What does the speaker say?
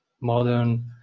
modern